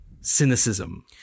cynicism